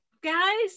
guys